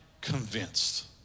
convinced